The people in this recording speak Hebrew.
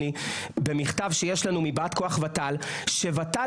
אדוני במכתב שיש לנו מבאת כוח ות"ל שוות"ל